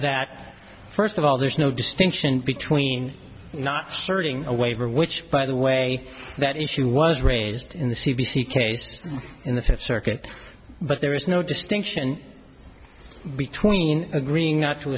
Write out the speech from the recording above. that first of all there's no distinction between not serving a waiver which by the way that issue was raised in the c b c case in the fifth circuit but there is no distinction between agreeing not to